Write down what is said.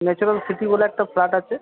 natural city বলে একটা flat আছে